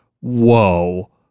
whoa